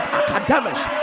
academics